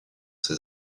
ses